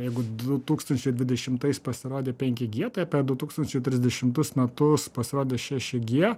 jeigu du tūkstančiai dvidešimtais pasirodė pnki gie tai apie du tūkstančiai trisdešimtus metus pasirodys šeši gie